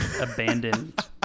abandoned